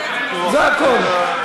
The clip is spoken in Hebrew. זה הכול.